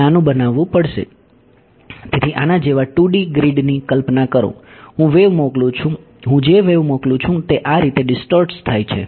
તેથી આના જેવા 2D ગ્રીડ ની કલ્પના કરો હું વેવ મોકલું છું હું જે વેવ મોકલું છું તે આ રીતે ડીસ્ટોર્ટસ થાય છે